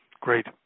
Great